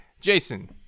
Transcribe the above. Jason